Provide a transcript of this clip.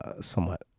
somewhat